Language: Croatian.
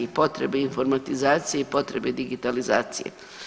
Potrebi informatizacije i potrebi digitalizacije.